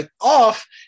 off